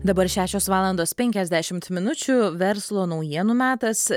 dabar šešios valandos penkiasdešimt minučių verslo naujienų metas